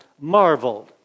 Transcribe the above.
marveled